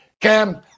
Cam